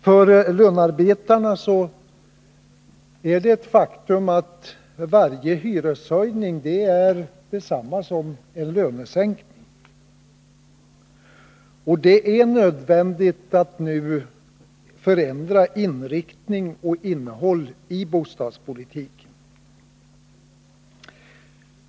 För lönarbetarna är det ett faktum att varje hyreshöjning är detsamma som en lönesänkning. Det är nödvändigt att nu förändra inriktningen och innehållet när det gäller bostadspolitiken.